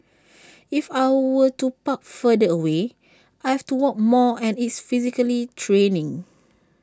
if I were to park further away I have to walk more and it's physically draining